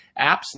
apps